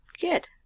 Good